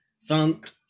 funk